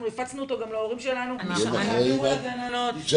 אנחנו הפצנו אותו גם להורים שלנו שיעבירו אותו לגננות.